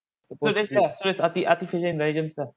so that's lah so its arti~ artificial intelligence lah